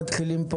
צהריים טובים.